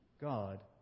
God